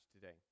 today